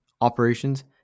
operations